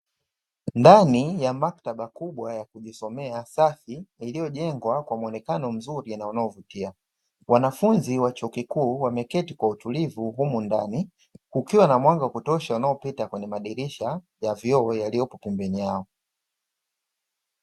Ndani ya maktaba kubwa ya kujisomea safi iliyojengwa kwa muonekano mzuri na unaovutia, wanafunzi wa chuo kikuu wameketi kwa utulivu humu, ndani kukiwa na mwanga wa kutosha unaopita kwenye madirisha ya vioo yaliyopo pembeni yao.